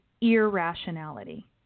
irrationality